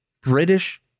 British